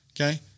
okay